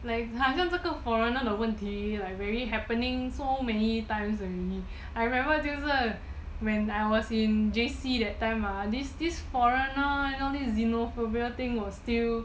like 好像这个 foreigner 的问题 like very happening so many times already I remember 就是 when I was in J_C that time ah this foreigner and all this xenophobia thing was still